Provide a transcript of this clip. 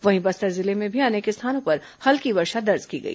वहीं बस्तर जिले में भी अनेक स्थानों पर हल्की वर्षा दर्ज की गई